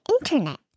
internet